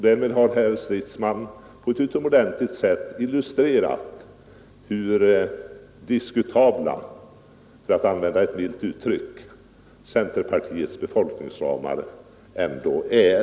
Därmed har herr Stridsman på ett utomordentligt sätt illustrerat hur diskutabla — för att använda ett milt uttryck — centerpartiets befolkningsramar ändå är.